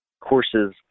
courses